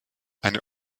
eine